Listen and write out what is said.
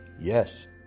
Yes